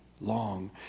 long